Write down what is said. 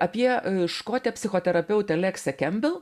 apie škotiją psichoterapeutė leksė kempbel